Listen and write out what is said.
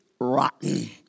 rotten